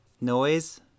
noise